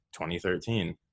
2013